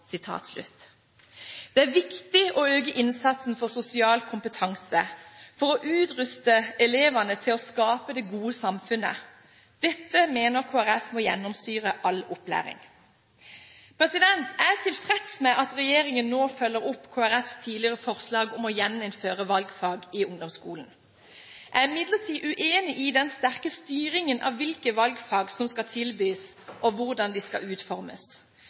Det er viktig å øke innsatsen for sosial kompetanse for å utruste elevene til å skape det gode samfunnet. Dette mener Kristelig Folkeparti må gjennomsyre all opplæring. Jeg er tilfreds med at regjeringen nå følger opp Kristelig Folkepartis tidligere forslag om å gjeninnføre valgfag i ungdomsskolen. Jeg er imidlertid uenig i den sterke styringen av hvilke valgfag som skal tilbys, og hvordan de skal utformes.